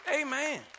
Amen